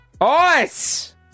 Ice